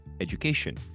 education